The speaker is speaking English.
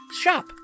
shop